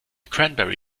cranberry